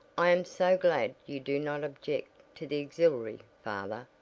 i am so glad you do not object to the auxiliary, father,